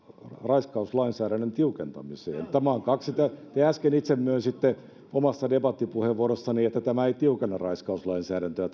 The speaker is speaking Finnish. raiskauslainsäädännön tiukentamiseen te äsken itse myönsitte omassa debattipuheenvuorossanne että tämä kansalaisaloite ei tiukenna raiskauslainsäädäntöä